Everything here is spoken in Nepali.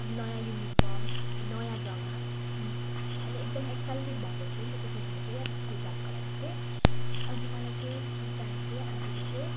अब नयाँ युनिफर्म अब नयाँ जग्गा अनि एकदमै एक्साइटेड भएको थिएँ म त त्यो दिन चाहिँ अब स्कुल जानुको लागि चाहिँ अनि मलाई चाहिँ बिहान चाहिँ आन्टीले चाहिँ